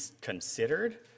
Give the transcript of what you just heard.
considered